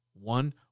one